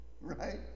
right